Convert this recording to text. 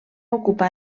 ocupar